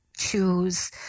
choose